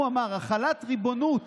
הוא אמר: החלת ריבונות